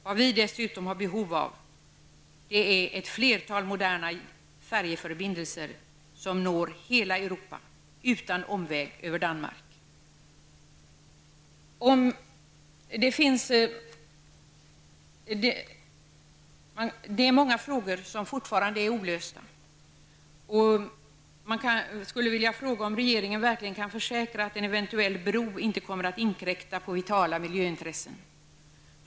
Vad vi dessutom har behov av är ett flertal moderna färjeförbindelser som når hela Europa utan omvägen över Danmark. Många frågor är fortfarande olösta, och man frågar sig om regeringen verkligen kan försäkra att en eventuell bro inte kommer att inkräkta på vitala miljöintressen.